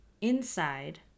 Inside